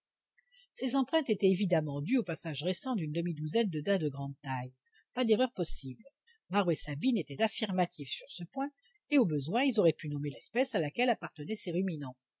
ces empreintes étaient évidemment dues au passage récent d'une demi-douzaine de daims de grande taille pas d'erreur possible marbre et sabine étaient affirmatifs sur ce point et au besoin ils auraient pu nommer l'espèce à laquelle appartenaient ces ruminants